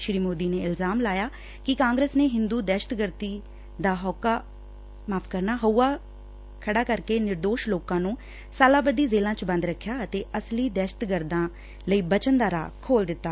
ਸ੍ਰੀ ਮੋਦੀ ਨੇ ਇਲਜ਼ਾਮ ਲਾਇਆ ਕਿ ਕਾਂਗਰਸ ਨੇ ਹਿੰਦੁ ਦਹਿਸ਼ਤਗਰਦੀ ਦਾ ਹਊਆ ਖੜੂ ਕਰਕੇ ਨਿਰਦੋਸ਼ ਲੋਕਾ ਨੂੰ ਸਾਲਾਬੱਧੀ ਜੇਲੁਾ ਚ ਬੰਦ ਰਖਿਆ ਅਤੇ ਅਸਲੀ ਦਹਿਸ਼ਤਗਰਦਾ ਲਈ ਬਚਣ ਦਾ ਰਾਹ ਖੋਲੂ ਦਿੱਤਾ